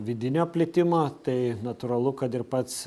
vidinio plitimo tai natūralu kad ir pats